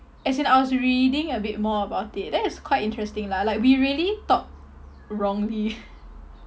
as in I was reading a bit more about it then it's quite interesting lah like we really talk wrongly